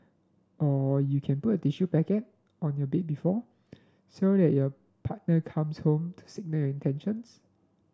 or you can put a tissue packet on your bed before so that your partner comes home to signal your intentions